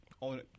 on